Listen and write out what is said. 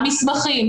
המסמכים,